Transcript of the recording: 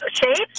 Shapes